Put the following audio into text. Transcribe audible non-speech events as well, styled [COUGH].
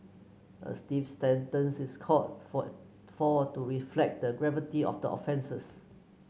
a stiff sentence is called for [UNINTELLIGIBLE] for all to reflect the gravity of the offences